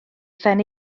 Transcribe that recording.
phen